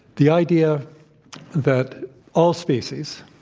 the idea that all species,